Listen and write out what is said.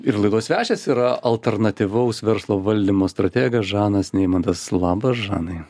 ir laidos svečias yra alternatyvaus verslo valdymo strategas žanas neimantas labas žanai